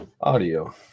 audio